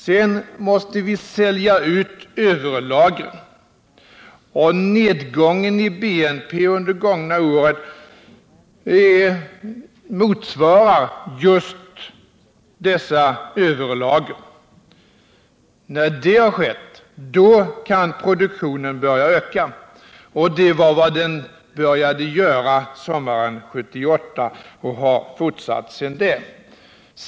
Sedan måste vi sälja ut överlagren. Nedgången i BNP under de två gångna åren motsvarar just dessa överlager. När vi hade sålt ut överlagren kunde produktionen börja öka. Och det var vad den började göra sommaren 1978 och har fortsatt att göra sedan dess.